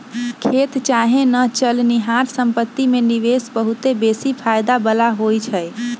खेत चाहे न चलनिहार संपत्ति में निवेश बहुते बेशी फयदा बला होइ छइ